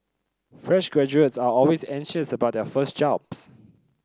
fresh graduates are always anxious about their first jobs